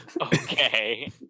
Okay